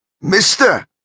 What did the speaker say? Mister